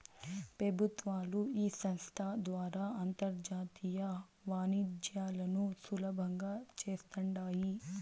పెబుత్వాలు ఈ సంస్త ద్వారా అంతర్జాతీయ వాణిజ్యాలను సులబంగా చేస్తాండాయి